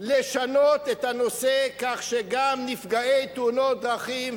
לשנות את הנושא כך שגם נפגעי תאונות דרכים,